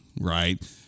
right